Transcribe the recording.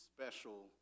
special